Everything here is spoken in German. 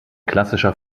klassischer